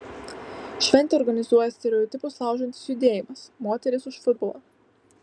šventę organizuoja stereotipus laužantis judėjimas moterys už futbolą